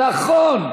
נכון.